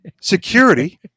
Security